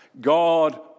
God